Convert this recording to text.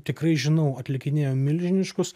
tikrai žinau atlikinėjo milžiniškus